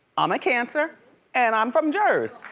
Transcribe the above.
um a cancer and i'm from jers,